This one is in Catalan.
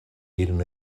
eren